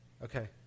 Okay